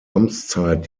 amtszeit